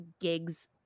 gigs